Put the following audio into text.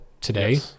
today